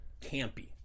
Campy